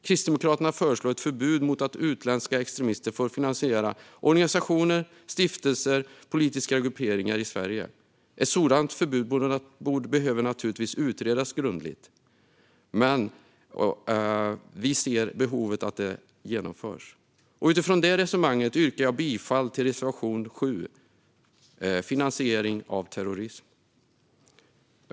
Kristdemokraterna föreslår ett förbud mot att utländska extremister finansierar organisationer, stiftelser och politiska grupperingar i Sverige. Ett sådant förbud behöver naturligtvis utredas grundligt. Men vi ser att det finns ett behov av att det genomförs. Utifrån det resonemanget yrkar jag bifall till reservation 7 om finansiering av terrorism.